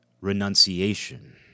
renunciation